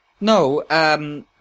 No